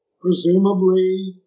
presumably